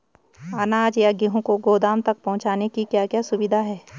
अनाज या गेहूँ को गोदाम तक पहुंचाने की क्या क्या सुविधा है?